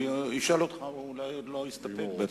הוא ישאל אותך, אולי הוא עוד לא הסתפק בתשובה.